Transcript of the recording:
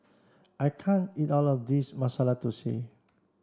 I can't eat all of this Masala Thosai